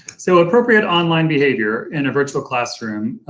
so, appropriate online behavior in a virtual classroom.